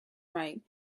right